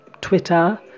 Twitter